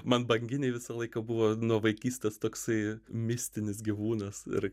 man banginiai visą laiką buvo nuo vaikystės toksai mistinis gyvūnas ir